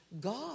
God